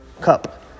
cup